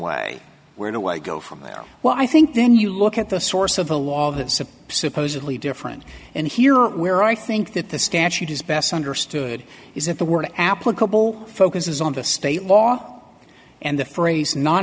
way where do i go from there well i think then you look at the source of the law that says supposedly different and here is where i think that the statute is best understood is if the word applicable focuses on the state law and the phrase no